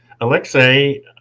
Alexei